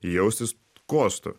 jaustis kostu